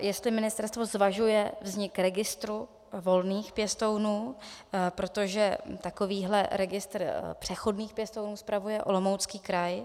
Jestli ministerstvo zvažuje vznik registru volných pěstounů, protože takovýhle registr přechodných pěstounů spravuje Olomoucký kraj.